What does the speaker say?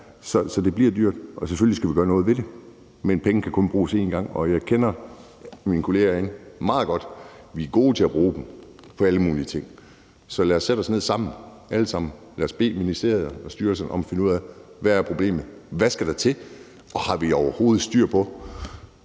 Så det bliver dyrt, og selvfølgelig skal vi gøre noget ved det. Men pengene kan kun bruges en gang, og jeg kender mine kolleger herinde meget godt: Vi er gode til at bruge dem på alle mulige ting. Så lad os sætte os ned alle sammen, og lad os bede ministeriet og styrelsen om at finde ud af, hvad problemet er, hvad der skal til, og om vi overhovedet har styr på,